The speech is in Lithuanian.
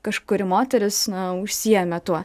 kažkuri moteris na užsiėmė tuo